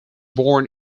born